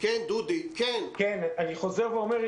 אני חוזר ואומר,